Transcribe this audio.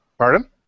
Pardon